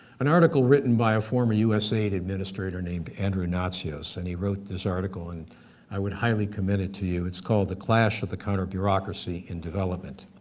an article written by a former usaid administrator named andrew natsios, and he wrote this article and i would highly commend it to you. it's called, the clash of the counter-bureaucracy in development.